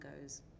goes